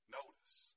notice